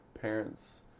parents